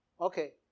Okay